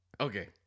Okay